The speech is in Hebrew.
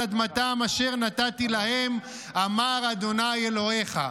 אדמתם אשר נתתי להם אמר ה' אלֹהיך".